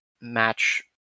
match